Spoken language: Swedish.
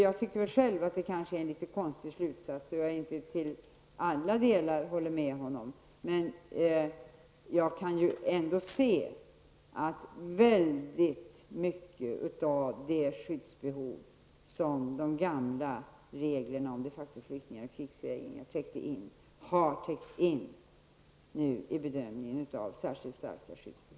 Jag tycker själv att det är en litet konstig slutsats, och jag håller inte till alla delar med honom, men jag kan ändå se att mycket av det skyddsbehov som de gamla reglerna om de factoflyktingar och krigsvägrare tillgodosåg nu har täckts in i bedömningen av vad som är särskilt starka skyddsbehov.